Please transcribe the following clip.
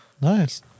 Nice